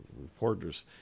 reporters